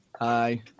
Hi